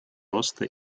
роста